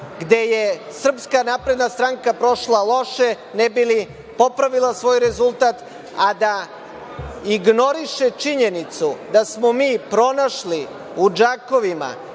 gde je SNS prošla loše, ne bi li popravila svoj rezultat, a da ignoriše činjenicu da smo mi pronašli u džakovima